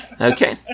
Okay